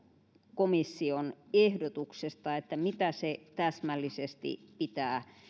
komission ehdotuksesta mitä se täsmällisesti pitää